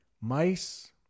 mice